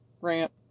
rant